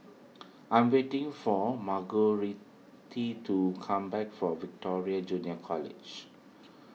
I am waiting for Margurite to come back from Victoria Junior College